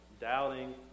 Doubting